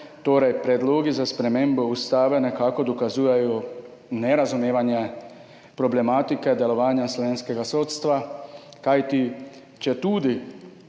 Torej, predlogi za spremembo ustave nekako dokazujejo nerazumevanje problematike delovanja slovenskega sodstva, kajti četudi